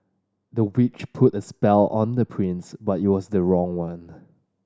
the witch put a spell on the prince but it was the wrong one